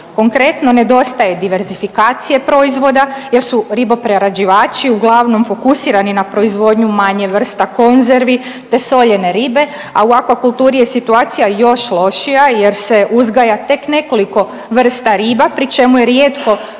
Konkretno, nedostaje diversifikacije proizvoda jer su riboprerađivači uglavnom fokusirani na proizvodnju manje vrsta konzervi te soljene ribe, a u akvakulturi je situacija još lošija jer se uzgaja tek nekoliko vrsta riba pri čemu je rijetko